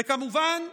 וכמובן,